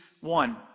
one